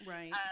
Right